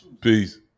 Peace